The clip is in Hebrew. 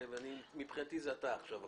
מבחינתי הכול עכשיו עליך.